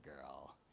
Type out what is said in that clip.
girl